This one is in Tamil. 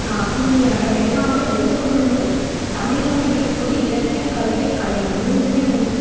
கும்மியாட்டம் எல்லாமே ஒவ்வொன்றுமே வந்து தமிழ்மொழியில் இருக்கக்கூடிய இலக்கியம் கவிதை கலை இந்த மூன்றுமே வந்து